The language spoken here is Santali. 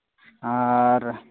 ᱟᱨ